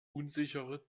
unsichere